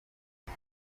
ubu